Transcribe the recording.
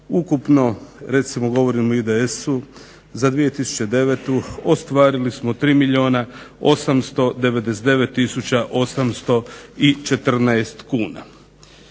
Ukupno recimo govorim o IDS-u za 2009. ostvarili smo 3 milijuna